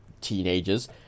teenagers